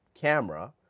camera